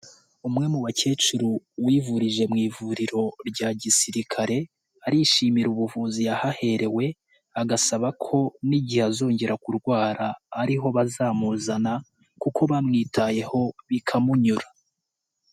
Umwe mu bakecuru wivurije mu ivuriro rya gisirikare, arishimira ubuvuzi yahaherewe, agasaba ko n'igihe azongera kurwara ariho bazamuzana kuko bamwitayeho bikamunyura.